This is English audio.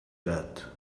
that